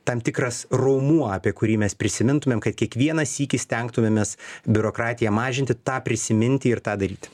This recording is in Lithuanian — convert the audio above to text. tam tikras raumuo apie kurį mes prisimintumėm kai kiekvieną sykį stengtumėmės biurokratiją mažinti tą prisiminti ir tą daryti